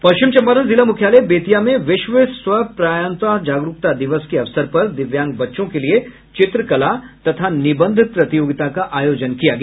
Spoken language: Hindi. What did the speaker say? पश्चिम चंपारण जिला मुख्यालय बेतिया में विश्व स्वपरायणता जागरूकता दिवस के अवसर पर दिव्यांग बच्चों के लिये चित्रकला तथा निबंध प्रतियोगिता का आयोजन किया गया